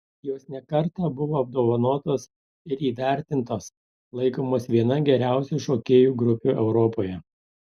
jos ne kartą buvo apdovanotos ir įvertintos laikomos viena geriausių šokėjų grupių europoje